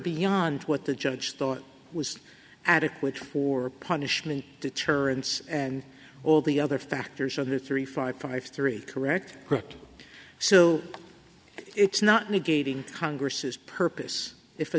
beyond what the judge thought was adequate for punishment deterrence and all the other factors under three five five three correct correct so it's not negating congress's purpose if a